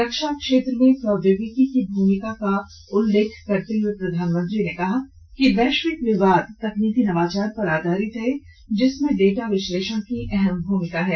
रक्षा क्षेत्र में प्रौद्योगिकी की भूमिका का उल्लेधख करते हुए प्रधानमंत्री ने कहा कि वैश्विक विवाद तकनीकी नवाचार पर आधारित है जिसमें डेटा विश्लेषण की अहम भूमिका है